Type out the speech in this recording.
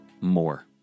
more